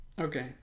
okay